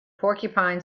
porcupine